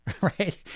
right